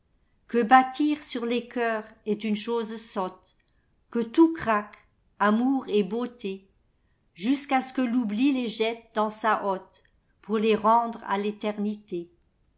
que bâtir sur les cœurs est une chose sotte que tout craque amour et beauté jusqu'à ce que l'oubli les jette dans sa liolte pour les rendre à l'éternité